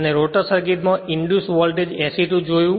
અને rotor circuit માં induce voltage SE2 જોયું